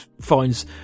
finds